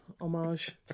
homage